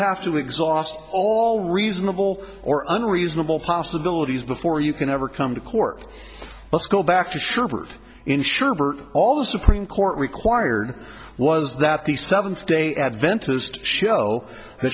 have to exhaust all reasonable or unreasonable possibilities before you can ever come to court let's go back to sherbert ensure all the supreme court required was that the seventh day adventist show th